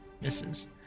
misses